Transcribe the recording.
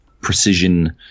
precision